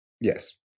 Yes